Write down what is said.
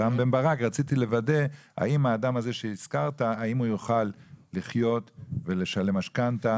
רם בן ברק רציתי לוודא: האם האדם הזה שהזכרת יוכל לחיות ולשלם משכנתא?